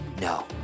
No